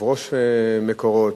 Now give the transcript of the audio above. יושב-ראש "מקורות",